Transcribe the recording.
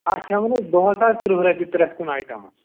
اَتھ چھِ ہٮ۪وان أسۍ دۄہس حظ تٕرٛہ رۄپیہِ پرٛٮ۪تھ کُنہِ آیٹمس